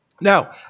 Now